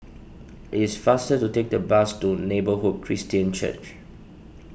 it is faster to take the bus to Neighbourhood Christian Church